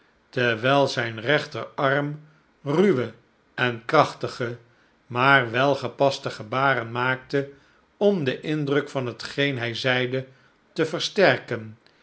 terwijl zijn rechterarm ruwe en krachtige maar welgepaste gebaren maakte om den indruk van hetgeen hij zeide te versterken